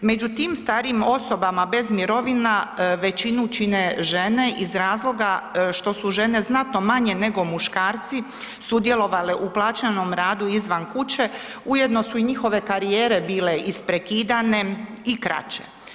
Među tim starijim osobama bez mirovina većinu čine žene iz razloga što su žene znatno manje nego muškarci sudjelovale u plaćenom radu izvan kuće, ujedno su i njihove karijere bile isprekidane i kraće.